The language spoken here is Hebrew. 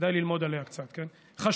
כדאי ללמוד עליה קצת, חשובה.